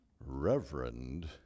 Reverend